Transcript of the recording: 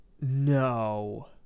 No